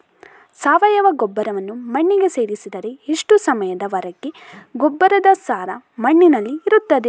ಸಾವಯವ ಗೊಬ್ಬರವನ್ನು ಮಣ್ಣಿಗೆ ಸೇರಿಸಿದರೆ ಎಷ್ಟು ಸಮಯದ ವರೆಗೆ ಗೊಬ್ಬರದ ಸಾರ ಮಣ್ಣಿನಲ್ಲಿ ಇರುತ್ತದೆ?